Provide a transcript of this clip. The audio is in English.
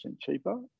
cheaper